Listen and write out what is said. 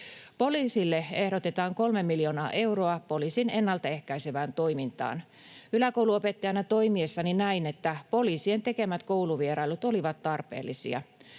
Poliisille ehdotetaan 3 miljoonaa euroa poliisin ennalta ehkäisevään toimintaan. Yläkoulun opettajana toimiessani näin, että poliisien tekemät kouluvierailut olivat tarpeellisia.